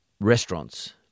restaurants